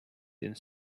ins